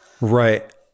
Right